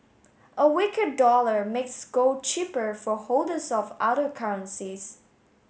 a weaker dollar makes gold cheaper for holders of other currencies